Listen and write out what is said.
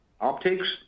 Optics